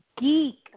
geek